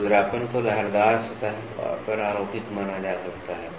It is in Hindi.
खुरदरापन को लहरदार सतह पर आरोपित माना जा सकता है